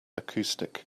acoustic